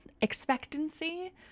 expectancy